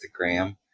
Instagram